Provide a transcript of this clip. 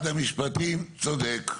המשפטים צודק.